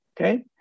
okay